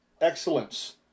excellence